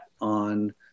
on